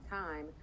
time